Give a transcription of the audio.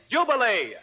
Jubilee